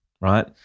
right